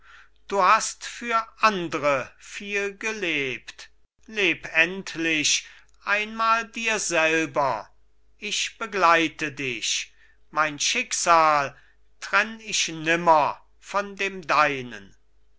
du hast für andre viel gelebt leb endlich einmal dir selber ich begleite dich mein schicksal trenn ich nimmer von dem deinen